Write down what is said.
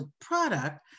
product